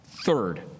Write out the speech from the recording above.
Third